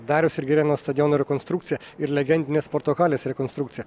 dariaus ir girėno stadiono rekonstrukcija ir legendinės sporto halės rekonstrukcija